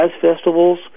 festivals